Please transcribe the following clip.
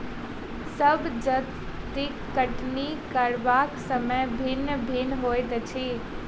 सभ जजतिक कटनी करबाक समय भिन्न भिन्न होइत अछि